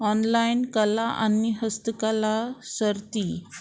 online कला आनी हस्तकला सर्ती